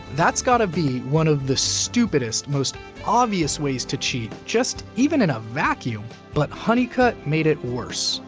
that's gotta be one of the stupidest, most obvious ways to cheat, just even in a vacuum. but honeycutt made it worse,